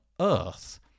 earth